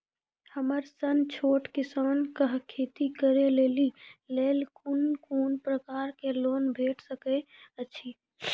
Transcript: हमर सन छोट किसान कअ खेती करै लेली लेल कून कून प्रकारक लोन भेट सकैत अछि?